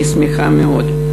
אני שמחה מאוד.